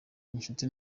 inshuti